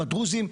הדרוזים,